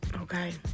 okay